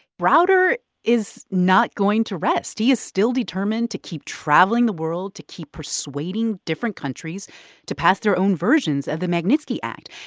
browder is not going to rest. he is still determined to keep traveling the world to persuading different countries to pass their own versions of the magnitsky act.